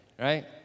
right